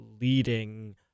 leading